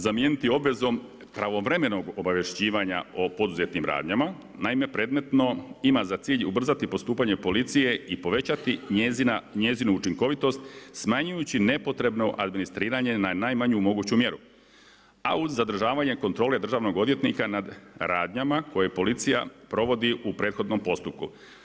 Zamijeniti obvezom pravovremenog obavješćivanja o poduzetim radnjama, naime, predmetno ima za cilj ubrzati postupanja policije i povećati njezinu učinkovitost, smanjujući nepotrebno administriranje, na najmanju moguću mjeru, a uz zadržavanje kontrole Državnog odvjetnika nad radnjama koje policija provodi u prethodnom postupku.